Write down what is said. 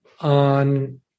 on